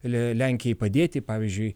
lenkijai padėti pavyzdžiui